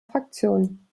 fraktion